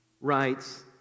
writes